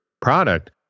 product